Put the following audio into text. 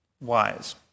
wise